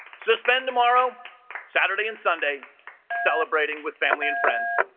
suspend tomorrow saturday and sunday celebrating with family and friends